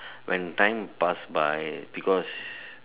when time pass by because